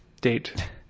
date